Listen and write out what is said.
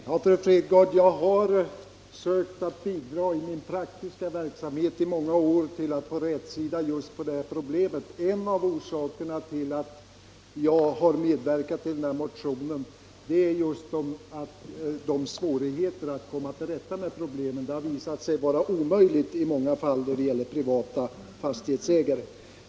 Herr talman! Ja, fru Fredgardh, jag har i många år i min praktiska verksamhet sökt bidra till att få rätsida på det här problemet. En av orsakerna till att jag har medverkat till motionen är just de svårigheter som jag då haft att brottas med. Det har i många fall visat sig vara omöjligt att komma till rätta med privata fastighetsägare.